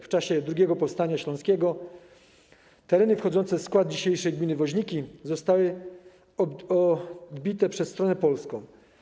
W czasie drugiego powstania śląskiego tereny wchodzące w skład dzisiejszej gminy Woźniki zostały odbite przez stronę polską.